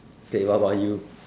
okay what about you